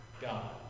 God